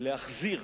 להחזיר